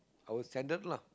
our standard lah